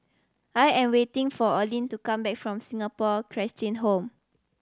I am waiting for Oline to come back from Singapore Cheshire Home